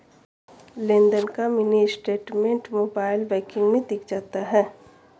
लेनदेन का mini statement mobile banking में दिख जाता है